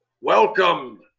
Welcome